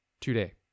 today